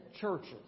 churches